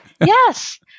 yes